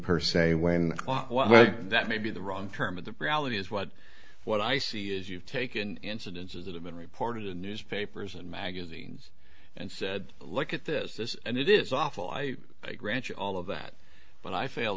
per se when well that may be the wrong term of the reality is what what i see is you've taken incidences that have been reported in newspapers and magazines and said look at this this and it is awful i like ranch all of that but i fail